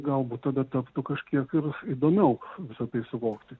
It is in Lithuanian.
galbūt tada taptų kažkiek ir įdomiau visa tai suvokti